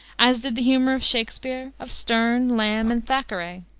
as did the humor of shakspere, of sterne, lamb, and thackeray.